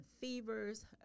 fevers